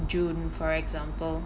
june for example